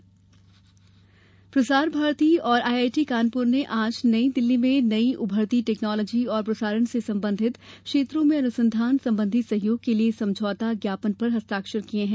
प्रसार भारती प्रसार भारती और I I T Kanpur ने आज नई दिल्ली में नई उभरती टैक्नोलोजी और प्रसारण से संबंधित क्षेत्रों में अनुसंधान संबंधी सहयोग के लिए समझौता ज्ञापन पर हस्ताक्षर किये हैं